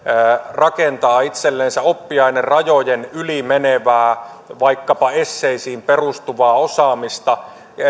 rakentaa itsellensä oppiainerajojen yli menevää vaikkapa esseisiin perustuvaa osaamista